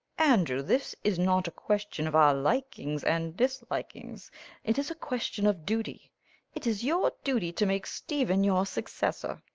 andrew this is not a question of our likings and dislikings it is a question of duty it is your duty to make stephen your successor.